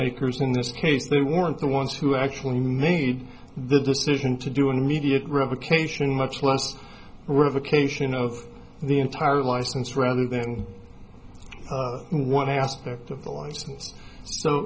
makers in this case they weren't the ones who actually made the decision to do an immediate revocation much less revocation of the entire license rather than one aspect of the license so